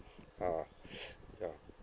ah ya